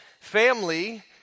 family